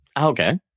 Okay